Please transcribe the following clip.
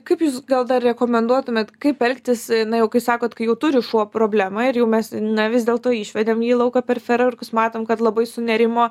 kaip jūs gal dar rekomenduotumėt kaip elgtis na jau kai sakot kai jau turi šuo problemą ir jau mes na vis dėlto išvedėm jį į lauką per fejerverkus matom kad labai sunerimo